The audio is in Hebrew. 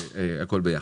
הכול ביחד.